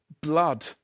Blood